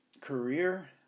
career